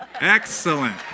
Excellent